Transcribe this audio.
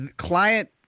client